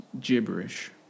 gibberish